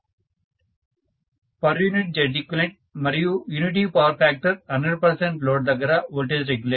professor per unit Zeq మరియు unity power factor 100 percent load దగ్గర voltage regulation